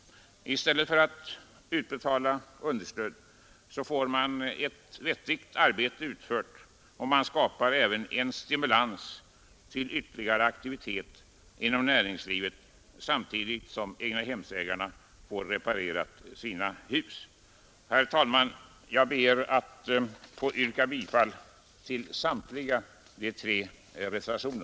I stället för att utbetala understöd får man ett vettigt arbete utfört, och man skapar även en stimulans till ytterligare aktivitet inom näringslivet samtidigt som egnahemsägarna får sina hus reparerade. Herr talman! Jag ber att få yrka bifall till samtliga tre reservationer.